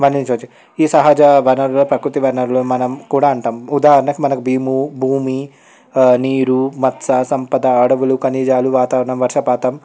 వర్ణించచ్చు ఈ సహజ వనరుల ప్రకృతి వనరులను మనం కూడా అంటాం ఉదాహరణకు మనకు బీము భూమి నీరు మచ్చ సంపద అడవులు ఖనిజాలు వాతావరణం వర్షపాతం